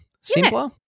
simpler